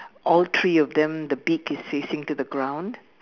all three of them the beak is facing to the ground